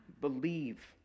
believe